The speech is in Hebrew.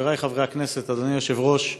חברי חברי הכנסת, אדוני היושב-ראש,